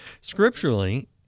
Scripturally